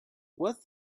with